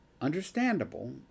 understandable